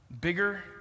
bigger